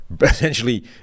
essentially